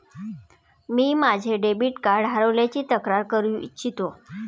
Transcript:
मी माझे debit card हरवल्याची तक्रार करू इच्छितो